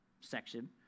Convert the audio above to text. section